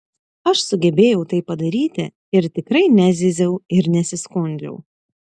aš sugebėjau tai padaryti ir tikrai nezyziau ir nesiskundžiau